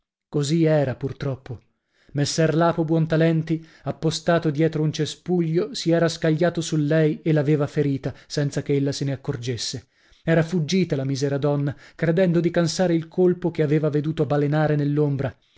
così era pur troppo messer lapo buontalenti appostato dietro un cespuglio si era scagliato su lei e l'aveva ferita senza che ella se ne accorgesse era fuggita la misera donna credendo di cansare il colpo che aveva veduto balenare nell'ombra